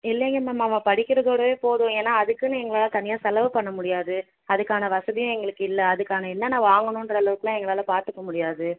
இல்லைங்க மேம் அவன் படிக்கிறதோடவே போதும் ஏன்னா அதுக்குன்னு எங்களால் தனியாக செலவு பண்ண முடியாது அதுக்கான வசதியும் எங்களுக்கு இல்லை அதுக்கான என்னனென்ன வாங்கணுன்றளவுக்கெலாம் எங்களால் பார்த்துக்க முடியாது